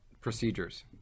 procedures